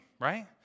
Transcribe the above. right